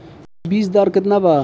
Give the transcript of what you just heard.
बीज दर केतना बा?